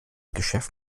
geschäft